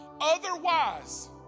Otherwise